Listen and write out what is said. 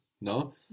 no